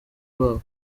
babo